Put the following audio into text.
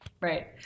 Right